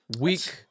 week